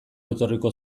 etorriko